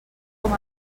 com